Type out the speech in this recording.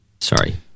Sorry